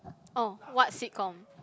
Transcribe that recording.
orh what sitcom